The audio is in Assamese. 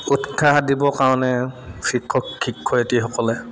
উৎসাহ দিবৰ কাৰণে শিক্ষক শিক্ষয়িত্ৰীসকলে